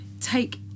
take